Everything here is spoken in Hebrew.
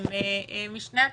הן משני הצדדים,